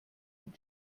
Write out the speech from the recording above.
mit